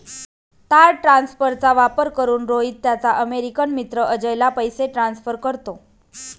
तार ट्रान्सफरचा वापर करून, रोहित त्याचा अमेरिकन मित्र अजयला पैसे ट्रान्सफर करतो